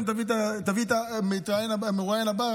תביא את המרואיין הבא,